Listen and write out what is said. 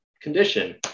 condition